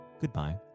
goodbye